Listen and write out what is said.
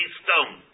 stone